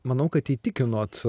manau kad įtikinot